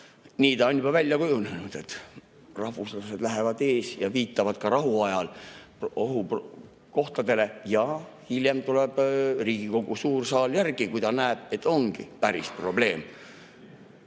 Nii ta on juba välja kujunenud, et rahvuslased lähevad ees ja viitavad ka rahuajal ohukohtadele ja hiljem tuleb Riigikogu suur saal järgi, kui näeb, et ongi päris probleem.